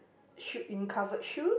shoe in covered shoes